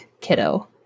kiddo